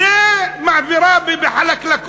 את זה היא מעבירה בחלקלקות.